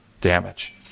damage